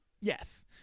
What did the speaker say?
Yes